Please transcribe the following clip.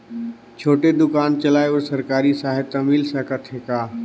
छोटे दुकान चलाय बर सरकारी सहायता मिल सकत हे का?